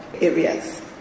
areas